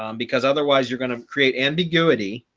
um because otherwise, you're going to create ambiguity.